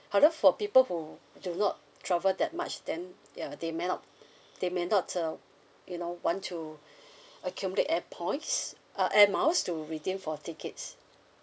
however for people who do not travel that much then ya they may not they may not uh you know want to accumulate air points uh air miles to redeem for tickets